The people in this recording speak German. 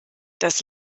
das